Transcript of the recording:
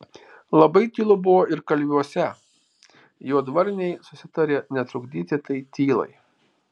labai tylu buvo ir kalviuose juodvarniai susitarė netrukdyti tai tylai